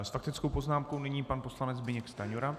S faktickou poznámkou nyní pan poslanec Zbyněk Stanjura.